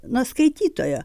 nuo skaitytojo